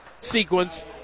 sequence